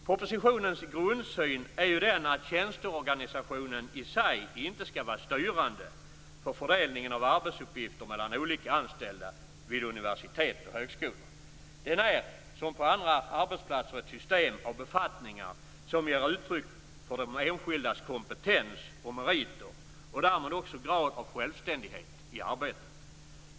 Propositionens grundsyn är att tjänsteorganisationen i sig inte skall vara styrande för fördelningen av arbetsuppgifter mellan olika anställda vid universitet och högskolor. Den är som på andra arbetsplatser ett system av befattningar som ger uttryck för de enskildas kompetens och meriter, och därmed också grad av självständighet i arbetet.